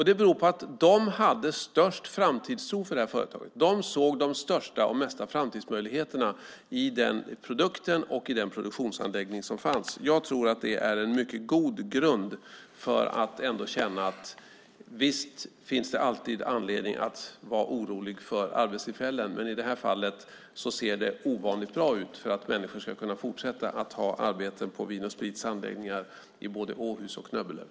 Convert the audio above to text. Det beror på att de hade störst framtidstro för Vin & Sprit. De såg de största och mesta framtidsmöjligheterna i den produkt och den produktionsanläggning som fanns. Jag tror att det är en mycket god grund. Visst finns det alltid anledning att vara orolig för arbetstillfällen, men i det här fallet ser det ovanligt bra ut för att människor ska kunna fortsätta att ha arbeten på Vin & Sprits anläggningar i både Åhus och Nöbbelöv.